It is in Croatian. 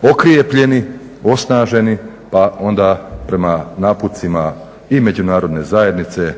svega okrjepljeni, osnaženi, pa onda prema naputcima i međunarodne zajednice